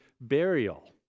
burial